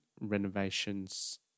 renovations